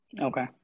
Okay